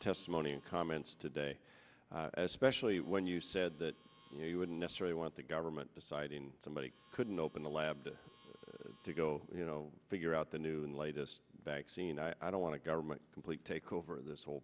testimony and comments today especially when you said that you wouldn't necessarily want the government deciding somebody couldn't open the lab to go you know figure out the new and latest vaccine i don't want to government complete takeover of this whole